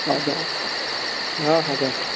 ହଁ ଯଉ ହଁ ହଁ ଯଉ